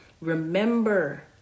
Remember